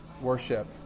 worship